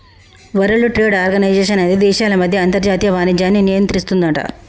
world trade organization అనేది దేశాల మధ్య అంతర్జాతీయ వాణిజ్యాన్ని నియంత్రిస్తుందట